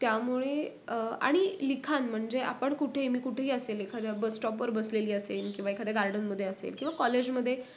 त्यामुळे आणि लिखाण म्हणजे आपण कुठेही मी कुठेही असेल एखाद्या बसस्टॉपवर बसलेली असेन किंवा एखाद्या गार्डनमध्ये असेल किंवा कॉलेजमध्ये